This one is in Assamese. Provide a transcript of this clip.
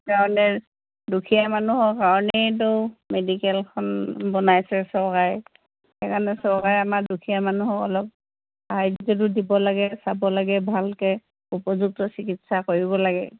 কাৰণে দুখীয়া মানুহৰ কাৰণেইতো মেডিকেলখন বনাইছে চৰকাৰে সেইকাৰণে চৰকাৰে আমাৰ দুখীয়া মানুহক অলপ সাহাৰ্যটো দিব লাগে চাব লাগে ভালকে উপযুক্ত চিকিৎসা কৰিব লাগে